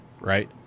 right